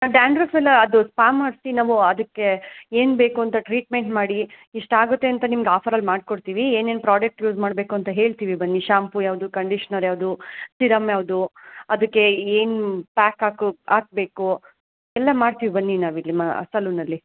dandruff ಎಲ್ಲ ಅದು spa ಮಾಡಿಸಿ ನಾವು ಅದಕ್ಕೆ ಏನು ಬೇಕು ಅಂತ ಟ್ರೀಟ್ಮೆಂಟ್ ಮಾಡಿ ಇಷ್ಟಾಗುತ್ತೆ ಅಂತ ನಿಮ್ಗೆ ಆಫರಲ್ಲಿ ಮಾಡ್ಕೊಡ್ತೀವಿ ಏನೇನು ಪ್ರಾಡಕ್ಟ್ ಯೂಸ್ ಮಾಡಬೇಕು ಅಂತ ಹೇಳ್ತಿವಿ ಬನ್ನಿ ಶ್ಯಾಂಪೂ ಯಾವುದು ಕಂಡಿಷ್ನರ್ ಯಾವುದು ಸಿರಮ್ ಯಾವುದು ಅದಕ್ಕೆ ಏನು ಪ್ಯಾಕ್ ಹಾಕು ಹಾಕ್ಬೇಕು ಎಲ್ಲ ಮಾಡ್ತೀವಿ ಬನ್ನಿ ನಾವಿಲ್ಲಿ ಮಾ ಸಲೂನಲ್ಲಿ